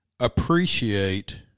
appreciate